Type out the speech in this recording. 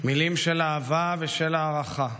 מילים של אהבה ושל הערכה,